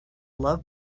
love